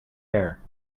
air